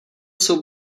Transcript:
jsou